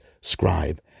scribe